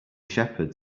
shepherd